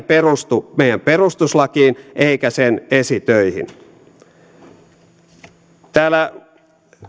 perustu meidän perustuslakiin eikä sen esitöihin